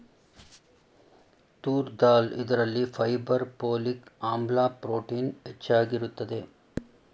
ತೂರ್ ದಾಲ್ ಇದರಲ್ಲಿ fibre, folic ಆಮ್ಲ, ಪ್ರೋಟೀನ್ ಹೆಚ್ಚಾಗಿರುತ್ತದೆ